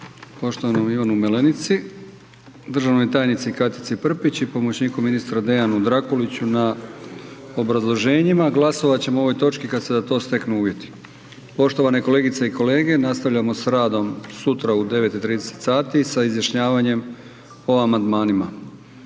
poštovanom Ivanu Malenici, državnoj tajnici Katici Prpić i pomoćniku ministra Dejanu Drakuliću na obrazloženjima. Glasovat ćemo o ovoj točki kada se za to steknu uvjeti. Poštovane kolegice i kolege, nastavljamo s radom sutra u 9,30 sati sa izjašnjavanjem o amandmanima.